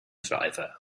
driver